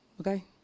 okay